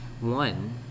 one